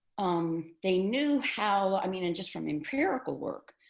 um they knew how, i mean, and just from empirical work.